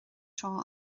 seo